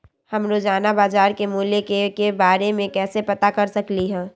हम रोजाना बाजार के मूल्य के के बारे में कैसे पता कर सकली ह?